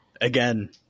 again